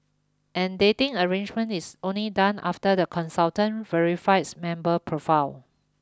and dating arrangement is only done after the consultant verifies member profile